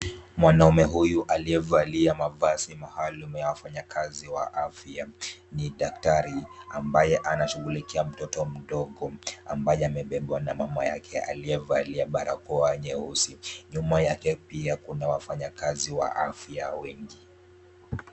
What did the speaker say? Mwanaume huyu aliyevalia mavazi maalum, ya wafanyikazi wa afya, ni daktari ambaye anashughulikia mtoto mdogo, ambaye amebebwa na mama yake aliyevalia balakoa nyeusi. Nyuma yake pia kuna wafanyikazi wa afya wengi.